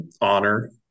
honor